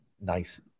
nice